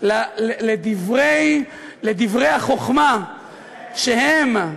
לדברי החוכמה שהם: